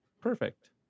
Perfect